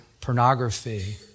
pornography